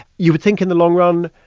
you would think, in the long run,